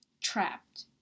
trapped